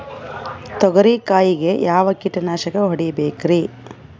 ತೊಗರಿ ಕಾಯಿಗೆ ಯಾವ ಕೀಟನಾಶಕ ಹೊಡಿಬೇಕರಿ?